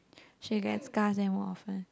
she gets scars and more often